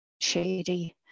shady